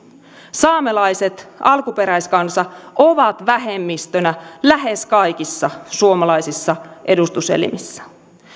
saamelaiset alkuperäiskansa ovat vähemmistönä lähes kaikissa suomalaisissa edustuselimissä